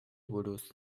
buruz